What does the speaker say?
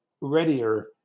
readier